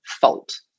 fault